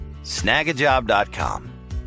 snagajob.com